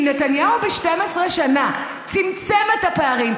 אם נתניהו ב-12 שנה צמצם את הפערים,